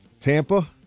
Tampa